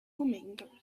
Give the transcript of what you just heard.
humming